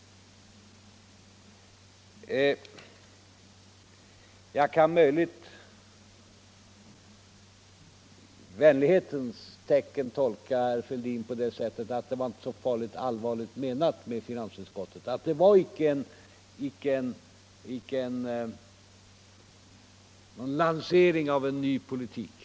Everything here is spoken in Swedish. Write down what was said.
Jag kan möjligen i vänlighetens tecken tolka herr Fälldin så att vad som hänt i finansutskottet inte var så allvarligt menat och att det icke var en lansering av någon ny politik.